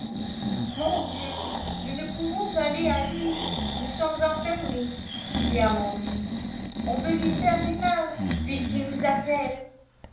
mon dieu nous ne pouvons aller à lui nous sommes enfermés dit amandine on veut lui faire du mal puisqu'il nous appelle